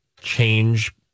change